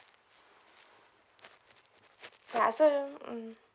ya so mm